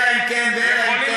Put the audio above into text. אלא אם כן ואלא אם כן.